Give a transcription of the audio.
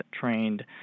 trained